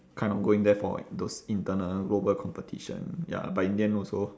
kind of going there for like those internal global competition ya but in the end also